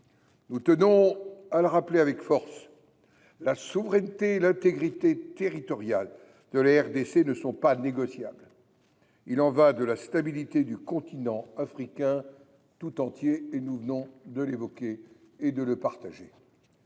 Nous tenons à le rappeler avec force : la souveraineté et l’intégrité territoriale de la République démocratique du Congo ne sont pas négociables. Il y va de la stabilité du continent africain tout entier, nous venons de l’évoquer et de le partager.